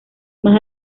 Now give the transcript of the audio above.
más